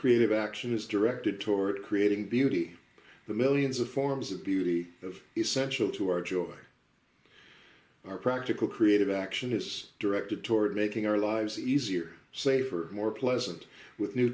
creative action is directed toward creating beauty the millions of forms of beauty of essential to our joy our practical creative action is directed toward making our lives easier safer more pleasant with new